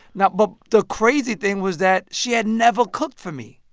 now but the crazy thing was that she had never cooked for me.